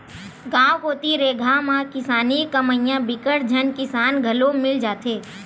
गाँव कोती रेगहा म किसानी कमइया बिकट झन किसान घलो मिल जाथे